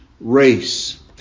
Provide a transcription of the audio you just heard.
race